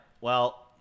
Well-